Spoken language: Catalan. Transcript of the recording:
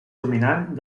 dominant